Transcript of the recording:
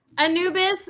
Anubis